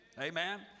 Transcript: Amen